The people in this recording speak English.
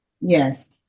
yes